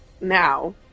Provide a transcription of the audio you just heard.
Now